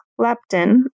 leptin